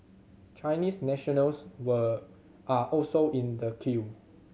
Chinese nationals were are also in the queue